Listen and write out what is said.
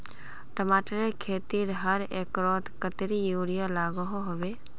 टमाटरेर खेतीत हर एकड़ोत कतेरी यूरिया लागोहो होबे?